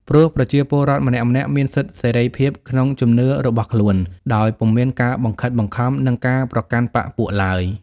ព្រោះប្រជាពលរដ្ឋម្នាក់ៗមានសិទ្ធិសេរីភាពក្នុងជំនឿរបស់ ខ្លួនដោយពុំមានការបង្ខិតបង្ខំ និងការប្រកាន់បក្សពួកឡើយ ។